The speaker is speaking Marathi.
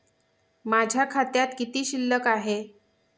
माझ्या खात्यात किती शिल्लक आहे?